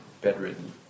bedridden